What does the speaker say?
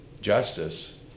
justice